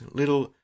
little